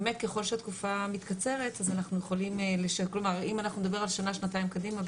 אם אנחנו נדבר על שנה-שנתיים קדימה,